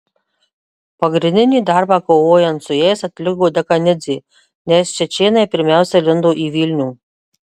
pagrindinį darbą kovojant su jais atliko dekanidzė nes čečėnai pirmiausia lindo į vilnių